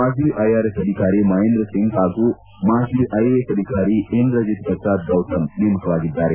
ಮಾಜಿ ಐಆರ್ಎಸ್ ಅಧಿಕಾರಿ ಮಹೇಂದ್ರ ಸಿಂಗ್ ಹಾಗೂ ಮಾಜಿ ಐಎಎಸ್ ಅಧಿಕಾರಿ ಇಂದ್ರಜಿತ್ ಪ್ರಸಾದ್ ಗೌತಮ್ ನೇಮಕವಾಗಿದ್ದಾರೆ